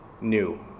new